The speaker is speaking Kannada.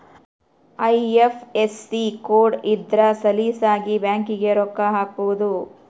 ಐ.ಎಫ್.ಎಸ್.ಸಿ ಕೋಡ್ ಇದ್ರ ಸಲೀಸಾಗಿ ಬ್ಯಾಂಕಿಗೆ ರೊಕ್ಕ ಹಾಕ್ಬೊದು